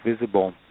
visible